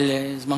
אבל זמנך עבר.